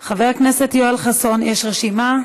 נוכחת, חבר הכנסת יואל חסון, יש רשימה,